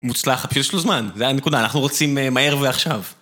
מוצלח, אבל יש לו זמן, זה הנקודה, אנחנו רוצים מהר ועכשיו.